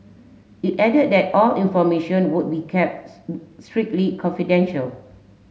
it added that all information would be strictly confidential